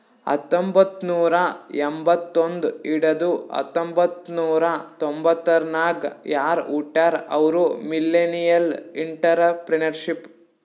ಹತ್ತಂಬೊತ್ತ್ನೂರಾ ಎಂಬತ್ತೊಂದ್ ಹಿಡದು ಹತೊಂಬತ್ತ್ನೂರಾ ತೊಂಬತರ್ನಾಗ್ ಯಾರ್ ಹುಟ್ಯಾರ್ ಅವ್ರು ಮಿಲ್ಲೆನಿಯಲ್ಇಂಟರಪ್ರೆನರ್ಶಿಪ್